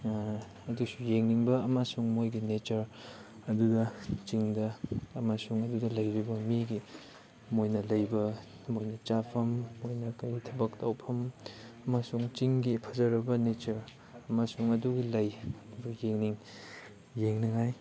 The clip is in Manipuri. ꯑꯗꯨꯁꯨ ꯌꯦꯡꯅꯤꯡꯕ ꯑꯃꯁꯨꯡ ꯃꯣꯏꯒꯤ ꯅꯦꯆꯔ ꯑꯗꯨꯗ ꯆꯤꯡꯗ ꯑꯃꯁꯨꯡ ꯑꯗꯨꯗ ꯂꯩꯔꯤꯕ ꯃꯤꯒꯤ ꯃꯣꯏꯅ ꯂꯩꯕ ꯃꯣꯏꯅ ꯆꯥꯐꯝ ꯃꯣꯏꯅ ꯀꯔꯤ ꯊꯕꯛ ꯇꯧꯐꯝ ꯑꯃꯁꯨꯡ ꯆꯤꯡꯒꯤ ꯐꯖꯔꯕ ꯅꯦꯆꯔ ꯑꯃꯁꯨꯡ ꯑꯗꯨꯒꯤ ꯂꯩ ꯌꯦꯡꯅꯤꯡꯉꯥꯏ